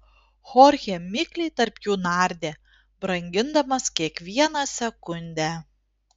chorchė mikliai tarp jų nardė brangindamas kiekvieną sekundę